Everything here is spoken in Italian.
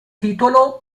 titolo